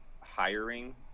hiring